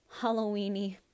Halloweeny